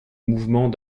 mouvement